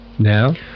now